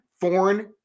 foreign